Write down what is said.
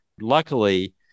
Luckily